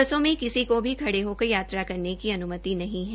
बसों में किसी को भी खड़े होकर यात्रा करने की अन्मति नहीं है